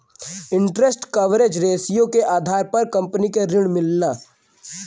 interest coverage ratio के आधार पर कंपनी के ऋण मिलला